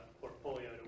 portfolio